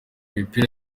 imipira